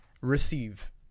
Receive